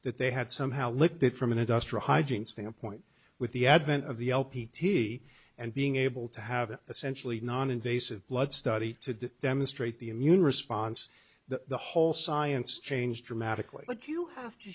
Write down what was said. that they had somehow licked it from an industrial hygiene standpoint with the advent of the l p t and being able to have essentially noninvasive blood study to demonstrate the immune response that the whole science changed dramatically but you have to